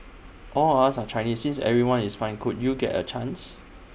all of us are Chinese since everyone is fine could you get A chance